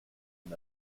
und